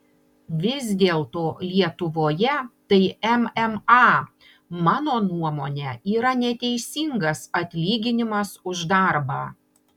vis dėlto lietuvoje tai mma mano nuomone yra neteisingas atlyginimas už darbą